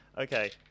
Okay